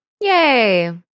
Yay